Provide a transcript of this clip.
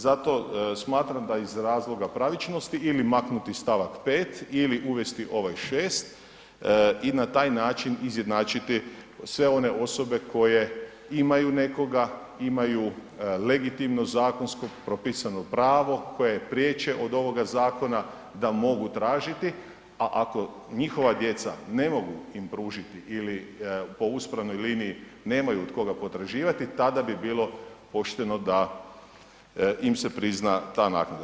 Zato smatram da iz razloga pravičnosti ili maknuti st. 5. ili uvesti ovaj 6 i na taj način izjednačiti sve one osobe koje imaju nekoga, imaju legitimno zakonsko propisano pravo koje je priječe od ovoga zakona, da mogu tražiti, a ako njihova djeca ne mogu im pružiti ili po uspravnoj liniji nemaju od koga potraživati, tada bi bilo pošteno da im se prizna ta naknada.